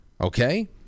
okay